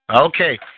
Okay